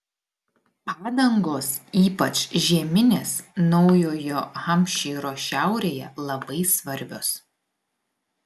padangos ypač žieminės naujojo hampšyro šiaurėje labai svarbios